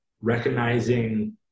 recognizing